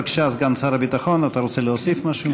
בבקשה, סגן שר הביטחון, אתה רוצה להוסיף משהו?